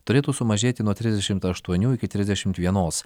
turėtų sumažėti nuo trisdešimt aštuonių iki trisdešimt vienos